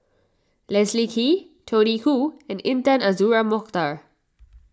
Leslie Kee Tony Khoo and Intan Azura Mokhtar